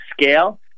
scale